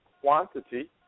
quantity